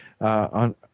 on